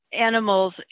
animals